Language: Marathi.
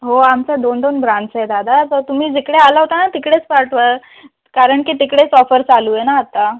हो आमच्या दोन दोन ब्रांच आहे दादा तर तुम्ही जिकडे आला होता ना तिकडेच पाठवा कारण की तिकडेच ऑफर चालू आहे ना आता